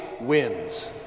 wins